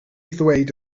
ddweud